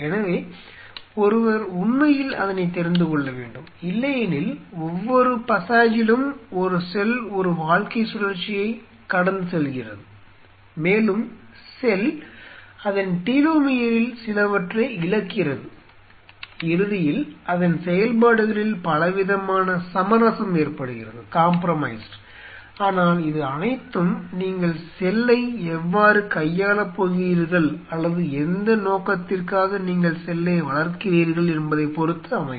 எனவே ஒருவர் உண்மையில் அதனைத் தெரிந்து கொள்ள வேண்டும் இல்லையெனில் ஒவ்வொரு பசாஜிலும் ஒரு செல் ஒரு வாழ்க்கைச் சுழற்சியைக் கடந்து செல்கிறது மேலும் செல் அதன் டீலோமியரில் சிலவற்றை இழக்கிறது இறுதியில் அதன் செயல்பாடுகளில் பலவிதமான சமரசம் ஏற்படுகிறது ஆனால் இது அனைத்தும் நீங்கள் செல்லை எவ்வாறு கையாளப்போகிறீர்கள் அல்லது எந்த நோக்கத்திற்காக நீங்கள் செல்லை வளர்க்கிறீர்கள் என்பதைப் பொறுத்து அமையும்